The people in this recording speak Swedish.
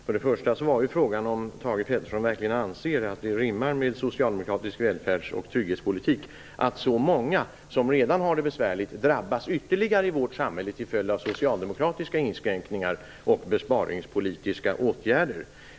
Fru talman! Frågan var om Thage G Peterson verkligen anser att det rimmar med socialdemokratisk välfärds och trygghetspolitik att så många, som redan har det besvärligt, drabbas ytterligare i vårt samhälle till följd av socialdemokratiska inskränkningar och besparingspolitiska åtgärder.